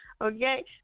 Okay